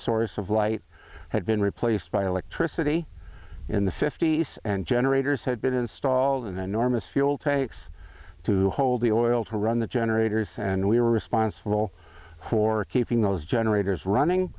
source of light had been replaced by electricity in the fifty's and generators had been installed an enormous fuel tanks to hold the oil to run the generators and we were responsible for keeping those generators running